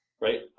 right